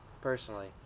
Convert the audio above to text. personally